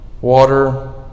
water